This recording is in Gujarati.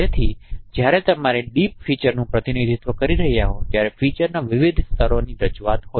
જેથી જ્યારે તમારે ડીપ ફીચરનું પ્રતિનિધિત્વ કરી રહ્યાં હો ત્યારે ફીચરનાં વિવિધ સ્તરોની રજૂઆતો હોય